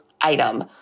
item